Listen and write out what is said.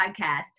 Podcast